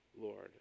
Lord